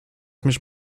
mich